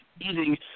eating